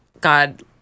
God